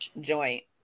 joint